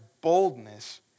boldness